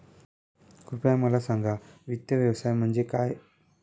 कृपया मला सांगा वित्त व्यवसाय म्हणजे काय?